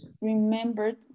remembered